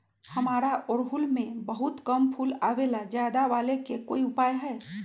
हमारा ओरहुल में बहुत कम फूल आवेला ज्यादा वाले के कोइ उपाय हैं?